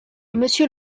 monsieur